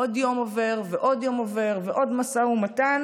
עוד יום עובר ועוד יום עובר ועוד משא ומתן,